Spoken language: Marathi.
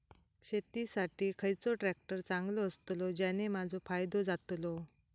शेती साठी खयचो ट्रॅक्टर चांगलो अस्तलो ज्याने माजो फायदो जातलो?